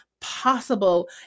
possible